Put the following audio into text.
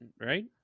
right